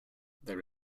there